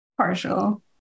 Partial